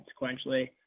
sequentially